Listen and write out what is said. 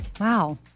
Wow